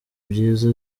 byiza